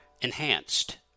enhanced